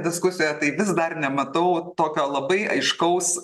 diskusijoje tai vis dar nematau tokio labai aiškaus